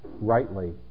rightly